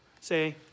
say